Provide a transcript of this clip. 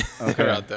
Okay